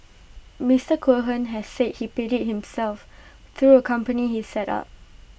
Mister Cohen has said he paid IT himself through A company he set up